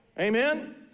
Amen